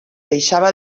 deixava